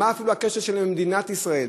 מה אפילו הקשר שלהם עם מדינת ישראל?